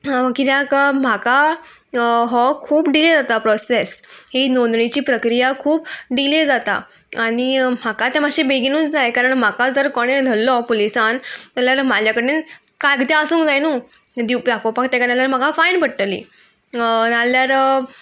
किद्याक म्हाका हो खूब डिले जाता प्रोसेस ही नोंदणीची प्रक्रिया खूब डिले जाता आनी म्हाका तें मातशे बेगीनूच जाय कारण म्हाका जर कोणे धरलो पुलीसान जाल्यार म्हाज्या कडेन कागदां आसूंक जाय न्हू दिव दाखोवपाक तेका जाल्यार म्हाका फायन पडटली नाल्यार